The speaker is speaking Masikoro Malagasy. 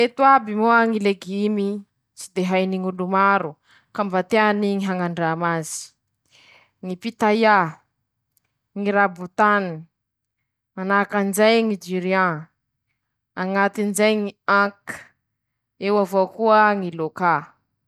Mañampy aminy ñy fañajarian-kane ñy fañala ñy ranony, ñ'antony :mihena ñy fitombohany ñy micraoby añ'ainy ao, manahaky anizay koa a ñy fahalavañany ñ'andro ahafahan-teña mampiasa azy, mahery lo ie mahery simba, tsy misy ñy microby tsy misy koa a ñy raha simiky tafilifilitsy añainy añy mety hamparary.